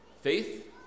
faith